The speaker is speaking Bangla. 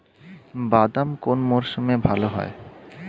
বাদাম কোন মরশুমে ভাল হয়?